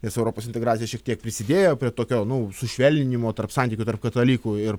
nes europos integracija šiek tiek prisidėjo prie tokio nu sušvelninimo tarp santykių tarp katalikų ir